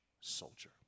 soldier